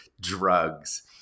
drugs